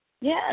Yes